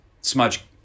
Smudge